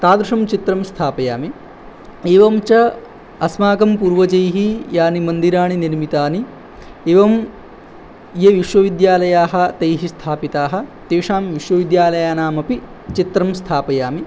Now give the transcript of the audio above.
तादृशं चित्रं स्थापयामि एवं च अस्माकं पूर्वजैः यानि मन्दिराणि निर्मितानि एवं ये विश्वविद्यालयाः तैः स्थापिताः तेषां विश्वविद्यालयानामपि चित्रं स्थापयामि